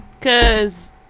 Cause